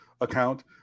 account